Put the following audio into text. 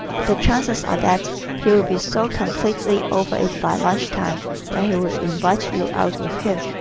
but the chances are that he will be so completely over it by lunch time that he will invite you out with him.